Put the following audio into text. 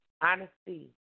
Honesty